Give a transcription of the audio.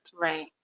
Right